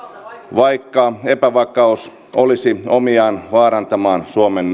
vaikka epävakaus olisi omiaan vaarantamaan suomen